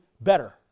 better